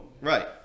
Right